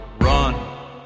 run